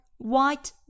White